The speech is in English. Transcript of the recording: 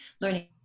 learning